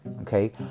okay